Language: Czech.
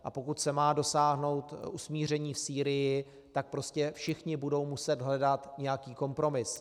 A pokud se má dosáhnout usmíření v Sýrii, tak prostě všichni budou muset hledat nějaký kompromis.